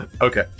Okay